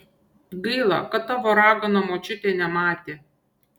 gaila kad tavo ragana močiutė nematė